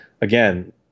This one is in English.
again